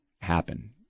happen